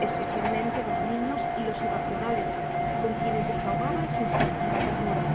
especialmente los niños y los irracionales con quienes desahogaba su instintiva ternura